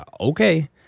okay